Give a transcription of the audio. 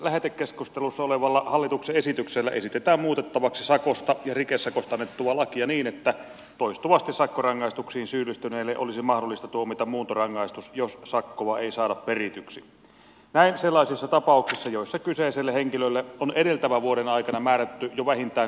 lähetekeskustelussa olevalla hallituksen esityksellä esitetään muutettavaksi sakosta ja rikesakosta annettua lakia niin että toistuvasti sakkorangaistuksiin syyllistyneille olisi mahdollista tuomita muuntorangaistus jos sakkoa ei saada perityksi näin sellaisissa tapauksissa joissa kyseiselle henkilölle on edeltävän vuoden aikana määrätty jo vähintään kolme sakkorangaistusta